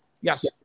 yes